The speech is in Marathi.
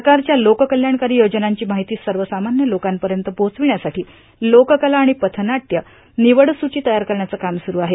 सरकारच्या लोककल्याणकारी योजनांची माहिती सर्वसामान्य लोकांपर्यत पोहोचविण्यासाठी लोककला आणि पथनाट्य निवडसूची तयार करण्याचं काम सुरू आहे